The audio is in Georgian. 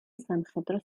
სამხედრო